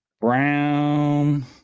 brown